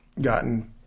gotten